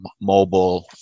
mobile